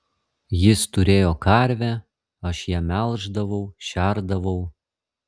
jis turėjo karvę aš ją melždavau šerdavau